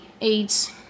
AIDS